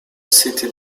city